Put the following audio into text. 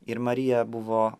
ir marija buvo